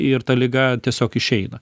ir ta liga tiesiog išeina